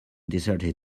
deserted